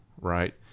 Right